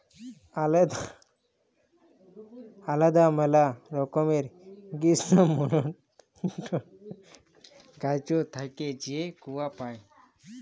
আলেদা ম্যালা রকমের গীষ্মমল্ডলীয় গাহাচ থ্যাইকে যে কূয়া পাই